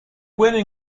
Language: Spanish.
pueden